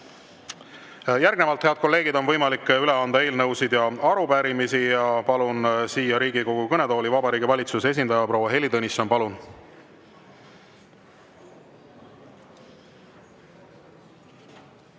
Järgnevalt, head kolleegid, on võimalik üle anda eelnõusid ja arupärimisi. Palun siia Riigikogu kõnetooli Vabariigi Valitsuse esindaja proua Heili Tõnissoni. Palun!